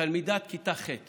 תלמידת כיתה ח'